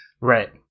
Right